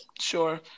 Sure